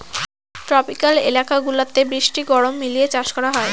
tropical এলাকা গুলাতে বৃষ্টি গরম মিলিয়ে চাষ করা হয়